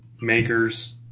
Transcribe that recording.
makers